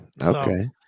Okay